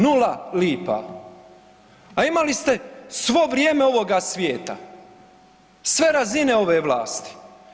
Nula lipa, a imali ste svo vrijeme ovoga svijeta, sve razine ove vlasti.